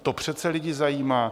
To přece lidi zajímá!